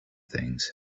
things